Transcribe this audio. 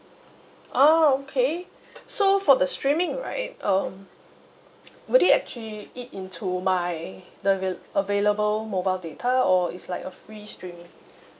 ah okay so for the streaming right um would they actually eat into my the real~ available mobile data or is like a free streaming